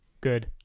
Good